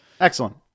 excellent